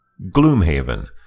Gloomhaven